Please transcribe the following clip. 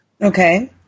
Okay